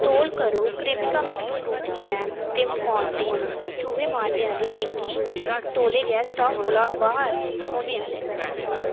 तौल करो Cremica mix fruit jam ते मोर्टीन चूहे मारने आह्ली टिक्की तौले गै स्टाक कोला बाह्र होने आह्ले न